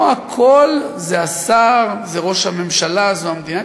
לא הכול זה השר, זה ראש הממשלה, זו המדינה.